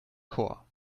chor